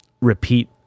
repeat